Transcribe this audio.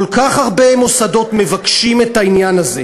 כל כך הרבה מוסדות מבקשים את העניין הזה.